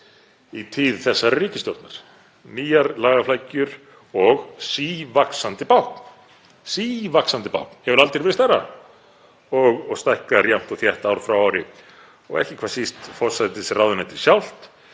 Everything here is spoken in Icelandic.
í tíð þessarar ríkisstjórnar, nýjar lagaflækjur og sívaxandi bákn. Sívaxandi báknið hefur aldrei verið stærra og stækkar jafnt og þétt ár frá ári og ekki hvað síst forsætisráðuneytið sjálft